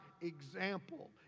example